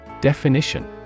Definition